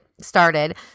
started